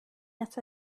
yet